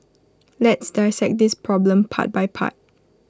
let's dissect this problem part by part